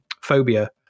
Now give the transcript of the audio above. Phobia